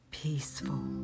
peaceful